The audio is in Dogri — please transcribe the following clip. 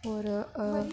होर